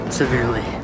severely